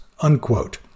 unquote